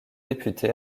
député